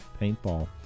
Paintball